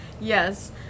yes